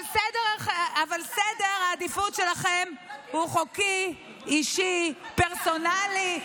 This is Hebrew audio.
אבל סדר העדיפויות שלכם הוא חוקים אישיים פרסונליים.